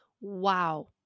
Wow